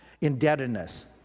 Indebtedness